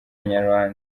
inyarwanda